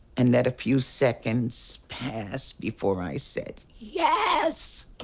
and let a few seconds pass before i said, yes!